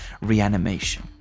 reanimation